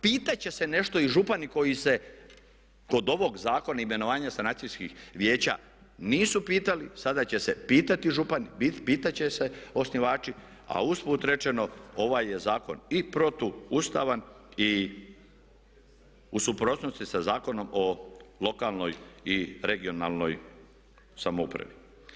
Pitat će se nešto i župani koji se kod ovog zakona i imenovanja sanacijskih vijeća nisu pitali sada će se pitati župani, pitat će se osnivači, a usput rečeno ovaj je zakon i protuustavan i u suprotnosti sa Zakonom o lokalnoj i regionalnoj samoupravi.